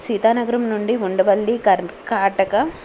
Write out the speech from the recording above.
సీతానగరం నుండి ఉండవల్లి కరకట్ట